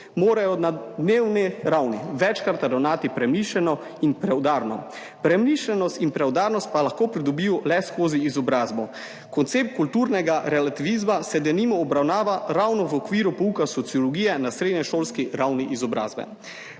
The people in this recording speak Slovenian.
morajo na dnevni ravni večkrat ravnati premišljeno in preudarno. Premišljenost in preudarnost pa lahko pridobijo le skozi izobrazbo. Koncept kulturnega relativizma se denimo obravnava ravno v okviru pouka sociologije na srednješolski ravni izobrazbe.